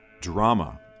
drama